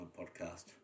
podcast